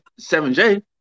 7J